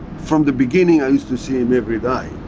from the beginning i used to see him every day.